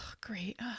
Great